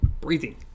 Breathing